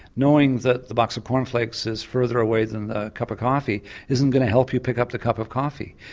knowing that the box of cornflakes is further away than the cup of coffee isn't going to help you pick up the cup of coffee.